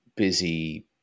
Busy